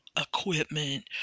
equipment